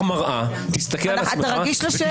תן לו לענות, הכי פשוט.